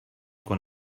quan